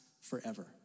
forever